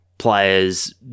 Players